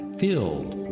filled